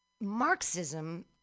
Marxism